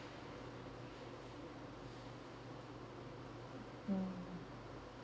mm